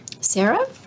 Sarah